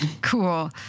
Cool